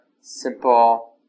simple